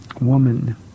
woman